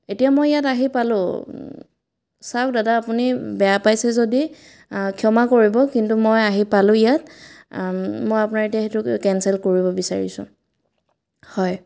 এতিয়া মই ইয়াত আহি পালোঁ চাওক দাদা আপুনি বেয়া পাইছে যদি ক্ষমা কৰিব কিন্তু মই আহি পালোঁ ইয়াত মই আপোনাৰ এতিয়া সেইটো কেনচেল কৰিব বিচাৰিছোঁ হয়